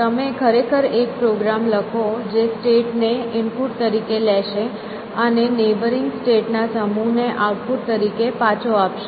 તમે ખરેખર એક પ્રોગ્રામ લખો જે સ્ટેટ ને ઇનપુટ તરીકે લેશે અને નેબરિંગ સ્ટેટ ના સમૂહને આઉટપુટ તરીકે પાછો આપશે